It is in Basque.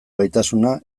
gaitasuna